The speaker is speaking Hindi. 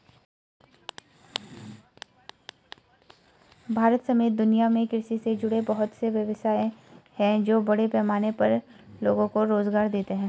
भारत समेत दुनिया में कृषि से जुड़े बहुत से व्यवसाय हैं जो बड़े पैमाने पर लोगो को रोज़गार देते हैं